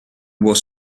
was